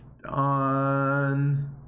On